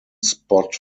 spot